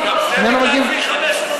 חבר הכנסת ברושי מבקש להגיב?